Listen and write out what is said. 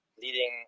leading